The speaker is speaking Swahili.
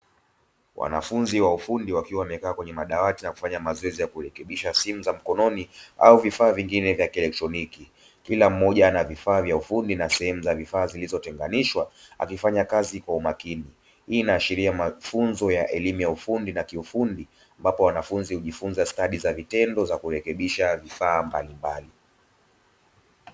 Wanafunzi wa ufundi wakiwa wamekaa kwenye madawati na kufanya mazoezi ya kurekebisha simu za mkononi au vifaa vingine vya kieletroniki. Kila mmoja ana vifaa vya ufundi na sehemu za vifaa zilizotenganishwa, akifanya kazi kwa umakini. Hii inaashiria mafunzo ya elimu ya ufundi na kiufundi, ambapo wanafunzi hujifunza stadi za vitendo za kurekebisha vifaa mbalimbali.